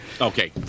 Okay